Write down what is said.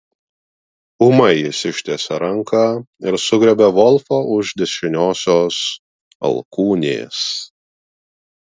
ūmai jis ištiesė ranką ir sugriebė volfą už dešiniosios alkūnės